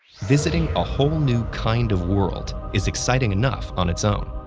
visiting a whole new kind of world is exciting enough on its own.